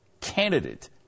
candidate